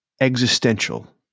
existential